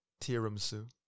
Tiramisu